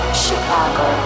Chicago